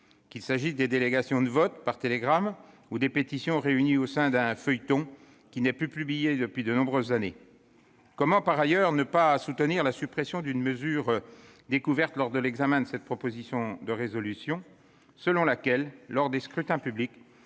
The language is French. qu'il s'agisse des délégations de vote « par télégramme » ou des pétitions réunies au sein d'un « feuilleton » qui n'est plus publié depuis de nombreuses années. Comment, par ailleurs, ne pas soutenir la suppression d'une mesure découverte lors de l'examen de cette proposition de résolution, selon laquelle, lors des scrutins publics,